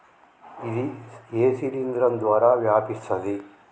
ఇది ఏ శిలింద్రం ద్వారా వ్యాపిస్తది?